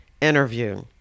interview